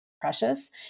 precious